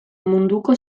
munduko